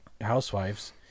housewives